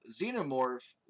Xenomorph